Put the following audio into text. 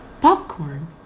Popcorn